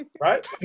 Right